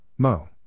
Mo